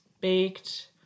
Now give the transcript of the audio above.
baked